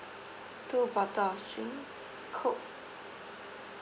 two bottle of drinks coke